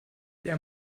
der